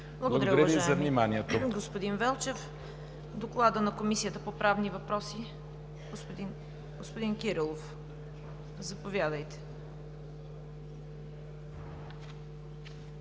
Благодаря Ви за вниманието.